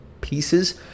pieces